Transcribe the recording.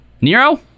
nero